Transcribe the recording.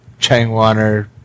changwaner